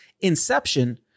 Inception